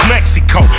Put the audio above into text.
Mexico